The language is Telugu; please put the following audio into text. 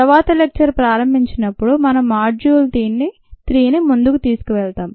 తరువాత లెక్చర్ ప్రారంభించినప్పుడు మనం మాడ్యూల్ 3ని ముందుకు తీసుకెళతాం